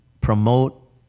promote